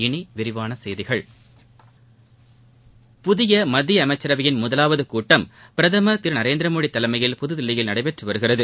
இனி விரிவான செய்திகள் புதிய மத்திய அமைச்சரவையின் முதலாவது கூட்டம் பிரதமர் திரு நரேந்திர மோடி தலைமையில் புதுதில்லியில் நடைபெற்று வருகிறது